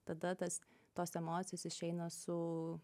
tada tas tos emocijos išeina su